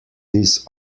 this